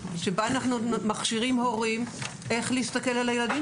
שבה אנחנו מכשירים הורים איך להסתכל על הילדים